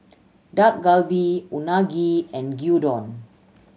Dak Galbi Unagi and Gyudon